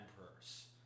emperors